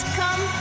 come